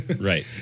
right